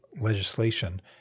legislation